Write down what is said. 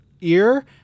ear